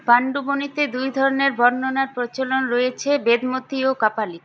পাণ্ডবনিতে দুই ধরনের বর্ণনার প্রচলন রয়েছে বেদমতী ও কাপালিক